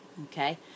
Okay